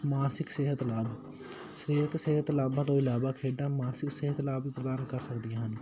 ਮਾਨਸਿਕ ਸਿਹਤ ਲਾਭ ਸਿਹਤ ਲਾਭਾਂ ਤੋਂ ਇਲਾਵਾ ਖੇਡਾਂ ਮਾਨਸਿਕ ਸਿਹਤ ਲਾਭ ਵੀ ਪ੍ਰਦਾਨ ਕਰ ਸਕਦੀਆਂ ਹਨ